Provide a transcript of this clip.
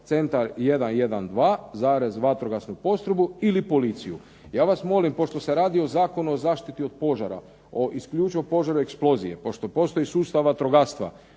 centar 112, vatrogasnu postrojbu ili policiju. Ja vas molim pošto se radi o Zakonu o zaštiti od požara, o isključivo požaru eksplozije, pošto postoji sustav vatrogastva